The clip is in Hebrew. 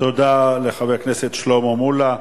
תודה לחבר הכנסת שלמה מולה.